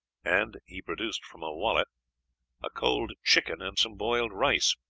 and he produced from a wallet a cold chicken and some boiled rice,